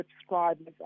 subscribers